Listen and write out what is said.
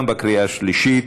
גם בקריאה השלישית.